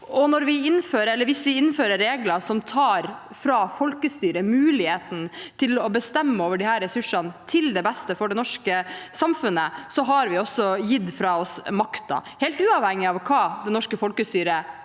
om. Hvis vi innfører regler som tar fra folkestyret muligheten til å bestemme over disse ressursene til beste for det norske samfunnet, har vi også gitt fra oss makten, helt uavhengig av hva det norske folkestyret